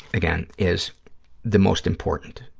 again, is the most important,